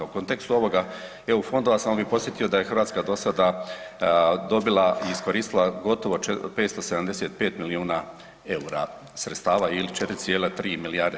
U kontekstu ovoga eu fondova samo bih podsjetio da je Hrvatska do sada dobila i iskoristila gotovo 575 milijuna eura sredstava ili 4,3 milijarde kuna.